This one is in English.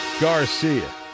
garcia